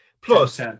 Plus